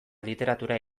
literatura